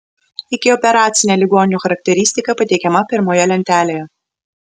ikioperacinė ligonių charakteristika pateikiama pirmoje lentelėje